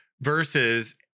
Versus